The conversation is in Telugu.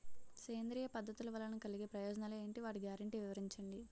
సేంద్రీయ పద్ధతుల వలన కలిగే ప్రయోజనాలు ఎంటి? వాటి గ్యారంటీ వివరించండి?